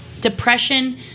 depression